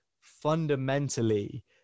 fundamentally